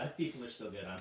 ah people are still good,